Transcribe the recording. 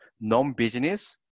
non-business